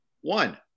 One